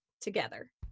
together